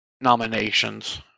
nominations